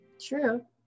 true